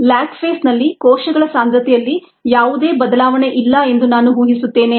lag ಫೇಸ್ನಲ್ಲಿ ಕೋಶಗಳ ಸಾಂದ್ರತೆಯಲ್ಲಿ ಯಾವುದೇ ಬದಲಾವಣೆ ಇಲ್ಲ ಎಂದು ನಾನು ಊಹಿಸುತ್ತಿದ್ದೇನೆ